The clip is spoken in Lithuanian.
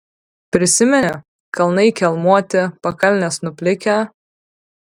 prisimeni kalnai kelmuoti pakalnės nuplikę